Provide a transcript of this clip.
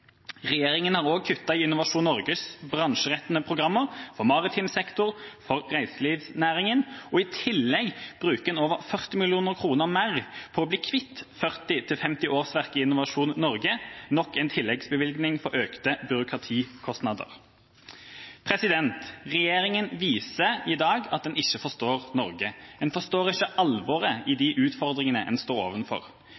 har også kuttet i Innovasjon Norges bransjerettede programmer for maritim sektor og i reiselivsnæringen. I tillegg bruker en over 40 mill. kr på å bli kvitt 40–50 årsverk i Innovasjon Norge – nok en tilleggsbevilgning for økte byråkratikostnader. Regjeringa viser i dag at den ikke forstår Norge. En forstår ikke alvoret i de utfordringene en står